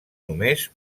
només